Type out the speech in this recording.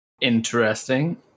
Interesting